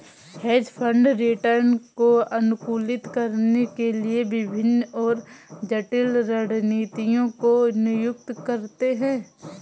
hedge fund return को अनुकूलित करने के लिए विभिन्न और जटिल रणनीतियों को नियुक्त करते हैं